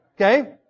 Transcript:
Okay